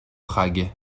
prague